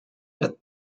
had